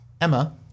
Emma